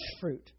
fruit